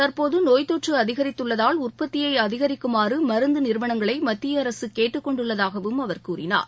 தற்போது நோய் தொற்று அதிகரித்துள்ளதால் உற்பத்தியை அதிகரிக்குமாறு மருந்து நிறுவனங்களை மத்திய அரசு கேட்டுக்கொண்டுள்ளதாகவும் அவர் கூறினார்